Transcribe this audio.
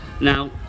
Now